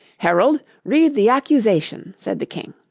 herald, read the accusation said the king.